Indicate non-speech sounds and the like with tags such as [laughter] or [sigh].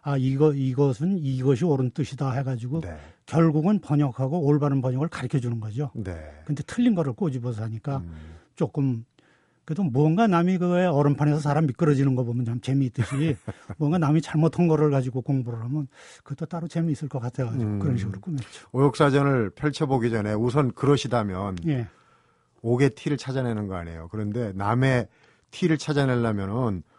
아, 이거- 이것은 이것이 옳은 뜻이다 해가지고 네. 결국은 번역하고 올바른 번역을 가르쳐주는 거죠. 네. 근데 틀린 거를 꼬집어서 하니까 음. 조금 그래도 뭔가 남이 그거에 얼음판에서 사람 미끄러지는 거 보면 좀 재미있듯이 [laughs] 뭔가 남이 잘못한 거를 가지고 공부를 하면 그것도 따로 재미있을 것 같아가지고 음. 그런 식으로 꾸몄죠. 오역사전을 펼쳐보기 전에 우선 그러시다면 예. 옥의 티를 찾아내는 거 아니에요. 그런데 남의 티를 찾아내려면은